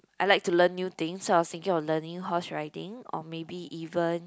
I like to learn new things so I was thinking of learning horse riding or maybe even